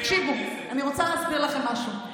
תקשיבו, אני רוצה להסביר לכם משהו.